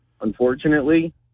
Unfortunately